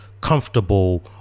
comfortable